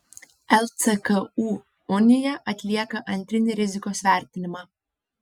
lcku unija atlieka antrinį rizikos vertinimą